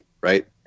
Right